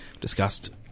discussed